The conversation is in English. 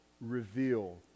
reveal